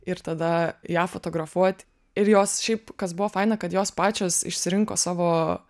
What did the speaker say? ir tada ją fotografuot ir jos šiaip kas buvo faina kad jos pačios išsirinko savo